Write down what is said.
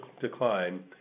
decline